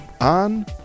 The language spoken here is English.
on